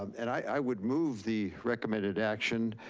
um and i would move the recommended action,